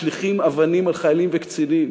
משליכים אבנים על חיילים וקצינים,